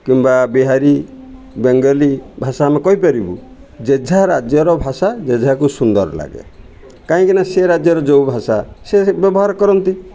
କିମ୍ବା ବିହାରୀ ବେଙ୍ଗଲୀ ଭାଷା ଆମେ କହିପାରିବୁ ଯେଝା ରାଜ୍ୟର ଭାଷା ଯେଝାକୁ ସୁନ୍ଦର ଲାଗେ କାହିଁକି ନା ସେ ରାଜ୍ୟର ଯେଉଁ ଭାଷା ସେ ବ୍ୟବହାର କରନ୍ତି